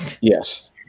Yes